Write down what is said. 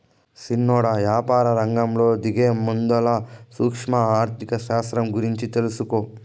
సిన్నోడా, యాపారరంగంలో దిగేముందల సూక్ష్మ ఆర్థిక శాస్త్రం గూర్చి తెలుసుకో